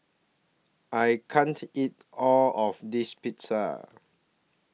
I can't eat All of This Pizza